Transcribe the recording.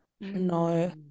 No